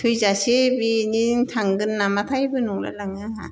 थैजासे बेनो थांगोन नामाथायबो नंलायलाङो आंहा